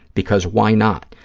because, why not,